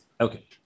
Okay